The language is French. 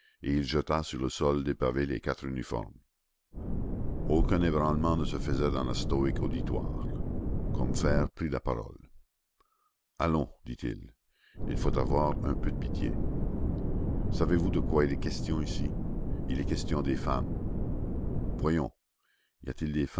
et il jeta sur le sol dépavé les quatre uniformes aucun ébranlement ne se faisait dans le stoïque auditoire combeferre prit la parole allons dit-il il faut avoir un peu de pitié savez-vous de quoi il est question ici il est question des femmes voyons y a-t-il des